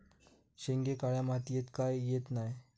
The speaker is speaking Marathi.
शेंगे काळ्या मातीयेत का येत नाय?